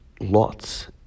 lots